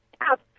out